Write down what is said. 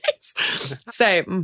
Say